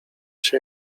się